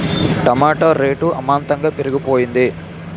టమాట rate అమాంతంగా పెరిగిపోయింది